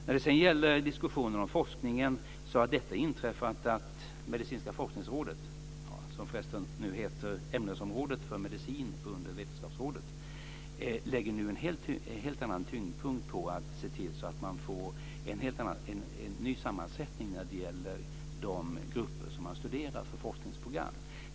När det gäller diskussionen om forskningen har det inträffat att Medicinska forskningsrådet, dvs. Ämnesområdet för medicin under Vetenskapsrådet, nu lägger en helt annan tyngdpunkt på att se till att man får en ny sammansättning när det gäller de grupper som studeras för forskningsprogram.